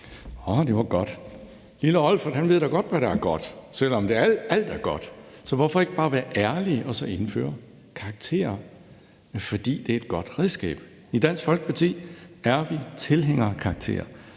Åh, det var godt! Lille Olfert ved da godt, hvad der er godt, selv om alt er godt, så hvorfor ikke bare være ærlige og så indføre karakterer, fordi det er et godt redskab? I Dansk Folkeparti er vi tilhængere af karakterer.